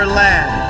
land